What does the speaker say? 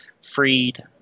freed